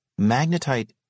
Magnetite